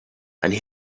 and